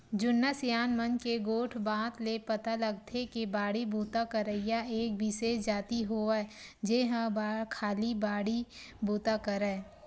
जुन्ना सियान मन के गोठ बात ले पता लगथे के बाड़ी बूता करइया एक बिसेस जाति होवय जेहा खाली बाड़ी बुता करय